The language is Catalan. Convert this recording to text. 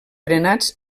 drenats